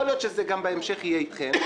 יכול להיות שזה גם יהיה אתכם בהמשך.